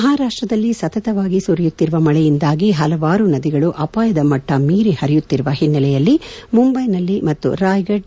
ಮಹಾರಾಷ್ಟದಲ್ಲಿ ಸತತವಾಗಿ ಸುರಿಯುತ್ತಿರುವ ಮಳೆಯಿಂದಾಗಿ ಪಲವಾರು ನದಿಗಳು ಅಪಾಯದ ಮಟ್ಟ ಮೀರಿ ಪರಿಯುತ್ತಿರುವ ಹಿನ್ನೆಲೆಯಲ್ಲಿ ಮುಂಬೈನಲ್ಲಿ ಮತ್ತು ರಾಯ್ ಗಢ್